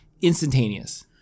instantaneous